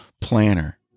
planner